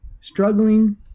struggling